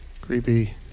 Creepy